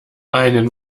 einen